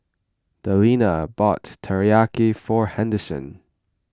Delina bought Teriyaki for Henderson